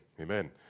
amen